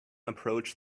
approach